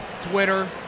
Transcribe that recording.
Twitter